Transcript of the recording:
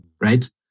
right